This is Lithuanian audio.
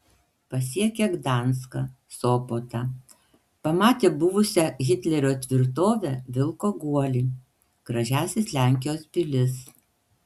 pasiekia gdanską sopotą pamatė buvusią hitlerio tvirtovę vilko guolį gražiąsias lenkijos pilis